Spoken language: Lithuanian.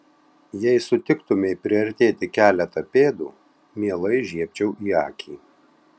jei sutiktumei priartėti keletą pėdų mielai žiebčiau į akį